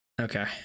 Okay